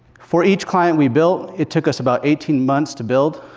for each client we built, it took us about eighteen months to build.